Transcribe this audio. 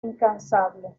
incansable